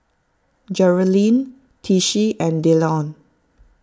Jerilyn Tishie and Dillon